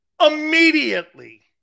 Immediately